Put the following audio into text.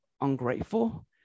ungrateful